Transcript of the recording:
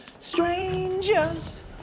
Stranger's